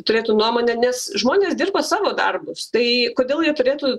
turėtų nuomonę nes žmonės dirba savo darbus tai kodėl jie turėtų